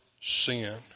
sin